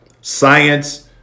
science